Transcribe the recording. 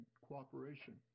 cooperation